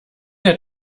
der